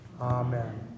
Amen